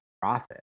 profit